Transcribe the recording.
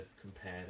compare